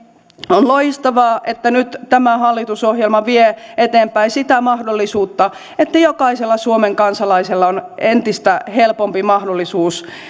on loistavaa että nyt tämä hallitusohjelma vie eteenpäin sitä mahdollisuutta että jokaisella suomen kansalaisella on entistä helpommin mahdollisuus